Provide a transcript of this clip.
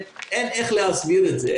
אין איך להסביר את זה,